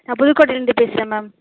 நான் புதுக்கோட்டையிலேந்து பேசுகிறேன் மேம்